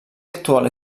actual